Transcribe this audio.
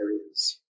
areas